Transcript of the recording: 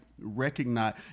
recognize